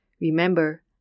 Remember